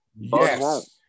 Yes